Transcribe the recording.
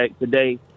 today